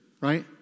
right